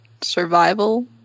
survival